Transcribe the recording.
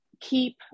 keep